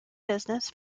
business